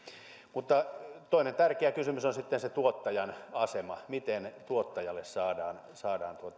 mutta toinen tärkeä kysymys on sitten se tuottajan asema miten tuottajalle saadaan saadaan